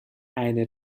eine